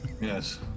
Yes